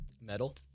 Metal